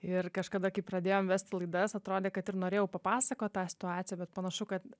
ir kažkada kai pradėjom vesti laidas atrodė kad ir norėjau papasakoti tą situaciją bet panašu kad